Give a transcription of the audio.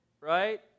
right